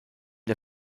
der